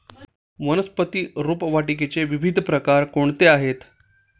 वनस्पती रोपवाटिकेचे विविध प्रकार कोणते आहेत?